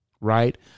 right